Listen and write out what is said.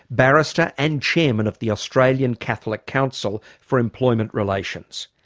barrister and chairman of the australian catholic council for employment relations.